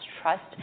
trust